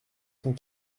cent